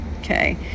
okay